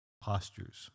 postures